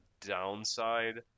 downside